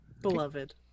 Beloved